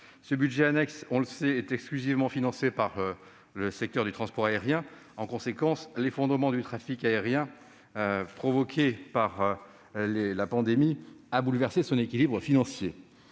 Ce budget annexe est exclusivement financé par le secteur du transport aérien. En conséquence, l'effondrement du trafic aérien provoqué par la pandémie a bouleversé son équilibre financier.